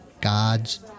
God's